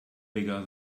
bigger